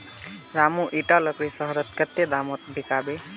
रामू इटा लकड़ी शहरत कत्ते दामोत बिकबे